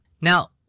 Now